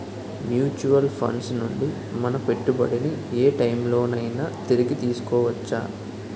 Mutual funds నుండి మన పెట్టుబడిని ఏ టైం లోనైనా తిరిగి తీసుకోవచ్చా?